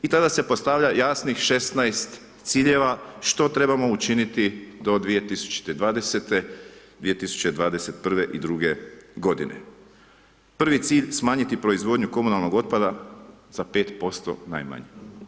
I tada se postavlja jasnih 16 ciljeva što trebamo učiniti do 2020., 2021. i '22. g. Prvi cilj smanjiti proizvodnju komunalnog otpada sa 5% najmanje.